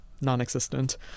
non-existent